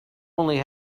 only